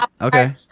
Okay